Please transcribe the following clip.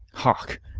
hark!